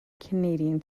canadian